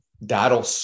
that'll